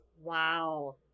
Wow